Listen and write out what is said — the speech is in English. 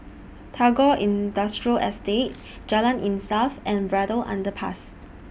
Tagore Industrial Estate Jalan Insaf and Braddell Underpass